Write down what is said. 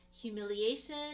Humiliation